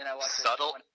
Subtle